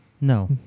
No